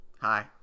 Hi